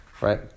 right